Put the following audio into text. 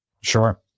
Sure